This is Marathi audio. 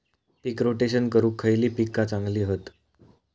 पीक रोटेशन करूक खयली पीका चांगली हत?